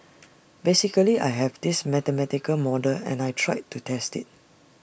basically I have this mathematical model and I tried to test IT